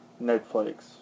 Netflix